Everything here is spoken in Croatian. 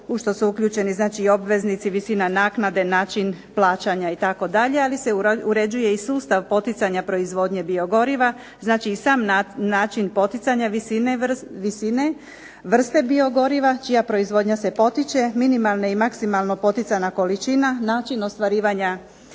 u što su uključeni znači i obveznici, visina naknade, način plaćanja, itd., ali se uređuje i sustav poticanja proizvodnje biogoriva, znači i sam način poticanja visine, vrste biogoriva, čija proizvodnja se potiče, minimalne i maksimalno poticana količina, način ostvarivanja